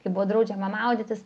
kai buvo draudžiama maudytis